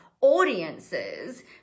audiences